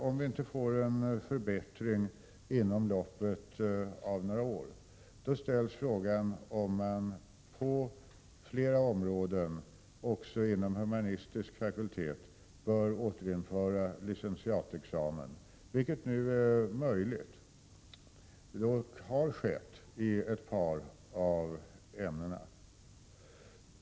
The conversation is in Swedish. Om vi inte får en förbättring till stånd inom loppet av några år, måste man ställa frågan om man inte på flera områden, också på de humanistiska fakulteterna, bör återinföra licentiatexamen, vilket är möjligt. Det har skett i ett par ämnen.